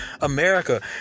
America